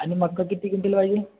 आणि मका किती क्विंटल पाहिजे